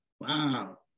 wow